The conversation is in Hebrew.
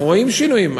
אנחנו רואים שינויים,